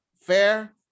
fair